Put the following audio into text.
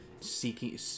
seeking